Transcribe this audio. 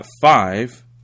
five